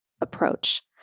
approach